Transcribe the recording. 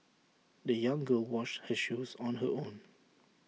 the young girl washed her shoes on her own